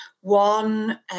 one